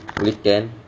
weekend